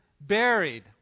buried